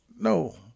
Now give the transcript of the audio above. No